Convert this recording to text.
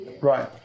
Right